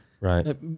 Right